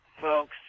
folks